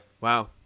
Wow